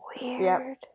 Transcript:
Weird